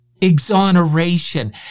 Exoneration